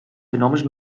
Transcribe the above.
fenòmens